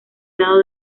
lado